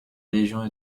légion